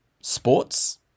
sports